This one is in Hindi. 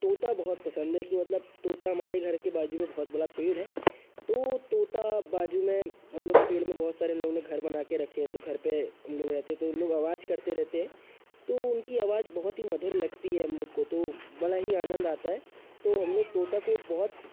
तोता बहुत पसंद है कि मतलब तोता हमारे घर के बाजू में बहुत बड़ा पेड़ हैं तो वो तोता बाजू में हम लोग के पेड़ में बहुत सारे उन लोग ने घर बना के रखे हैं तो घर पे उन लोग रहते हैं तो उन लोग आवाज करते रहते हैं तो उनकी आवाज बहुत ही मधुर लगती है हम लोग को तो बड़ा ही आनंद आता है तो हम लोग तोता को बहुत